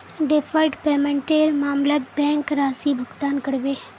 deferred पेमेंटेर मामलत bank राशि भुगतान करबे